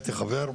הייתי חבר,